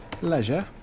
leisure